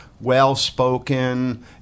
well-spoken